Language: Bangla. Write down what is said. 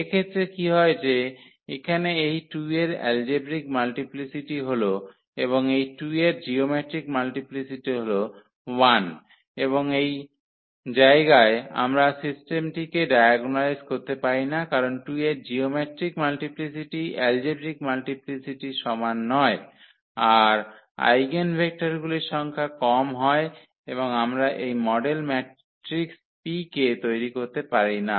এক্ষেত্রে কী হয় যে এখানে এই 2 এর এলজেব্রিক মাল্টিপ্লিসিটি হল এবং এই 2 এর জিওমেট্রিক মাল্টিপ্লিসিটি হল 1 এবং এই জায়গায়ই আমরা সিস্টেমটিকে ডায়াগোনালাইজ করতে পারি না কারণ 2 এর জিওমেট্রিক মাল্টিপ্লিসিটি এলজেব্রিক মাল্টিপ্লিসিটির সমান নয় আর আইগেনভেক্টরগুলির সংখ্যা কম হয় এবং আমরা এই মডেল ম্যাট্রিক্স P কে তৈরি করতে পারি না